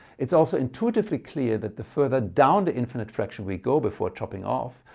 it's also intuitively clear that the further down the infinite fraction we go before chopping off,